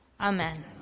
Amen